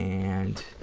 and,